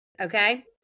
Okay